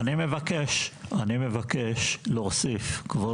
אני מבקש להוסיף, כבודו.